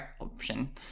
option